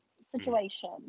situation